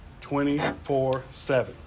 24-7